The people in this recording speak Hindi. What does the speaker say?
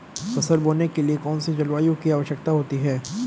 फसल बोने के लिए कौन सी जलवायु की आवश्यकता होती है?